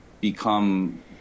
become